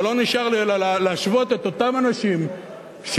ולא נשאר לי אלא להשוות את אותם אנשים שירדו,